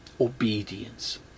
Obedience